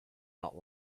not